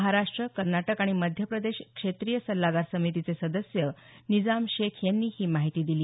महाराष्ट्र कर्नाटक आणि मध्यप्रदेश क्षेत्रीय सछ्छागार समितीचे सदस्य निजाम शेख यांनी ही माहिती दिली